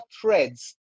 threads